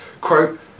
quote